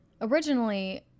Originally